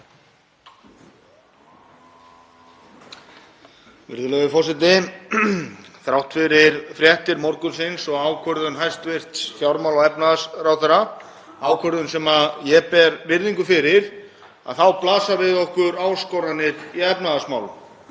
Virðulegur forseti. Þrátt fyrir fréttir morgunsins og ákvörðun hæstv. fjármála- og efnahagsráðherra, ákvörðun sem ég ber virðingu fyrir, þá blasa við okkur áskoranir í efnahagsmálum,